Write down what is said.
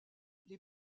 les